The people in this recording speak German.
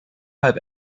halb